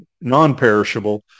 non-perishable